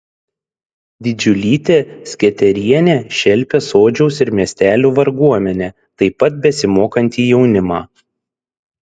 didžiulytė sketerienė šelpė sodžiaus ir miestelių varguomenę taip pat besimokantį jaunimą